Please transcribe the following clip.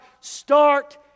start